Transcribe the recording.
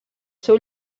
seu